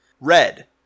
Red